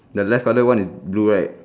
the left colour one is blue right